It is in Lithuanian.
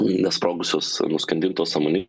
nesprogusios nuskandintos sąmonin